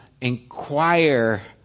inquire